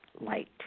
light